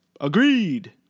Agreed